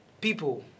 people